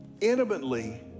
intimately